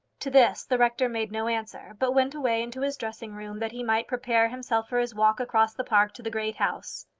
to this the rector made no answer, but went away into his dressing-room, that he might prepare himself for his walk across the park to the great house.